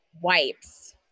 Wipes